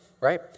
right